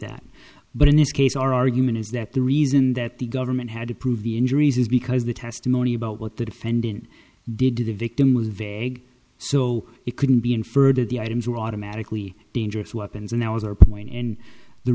that but in this case our argument is that the reason that the government had to prove the injuries is because the testimony about what the defendant did to the victim was vague so it couldn't be inferred that the items were automatically dangerous weapons and that was our point and the